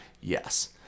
Yes